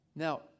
Now